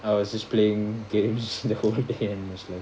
I was just playing games the whole day